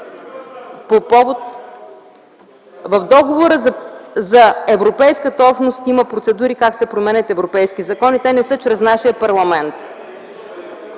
регламенти. В Договора за Европейската общност има процедури как се променят европейски закони. Те не са чрез нашия парламент.